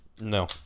No